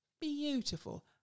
beautiful